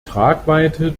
tragweite